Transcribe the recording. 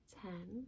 ten